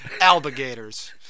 alligators